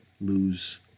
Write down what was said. lose